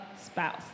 spouse